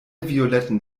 violetten